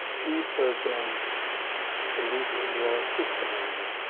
people don't believe in the old system anymore.